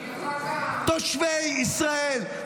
תושבי ישראל,